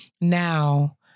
now